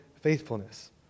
faithfulness